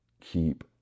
Keep